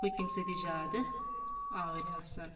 cooking سۭتی زیادٕ آوٕرۍ آسان